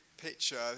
picture